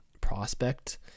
prospect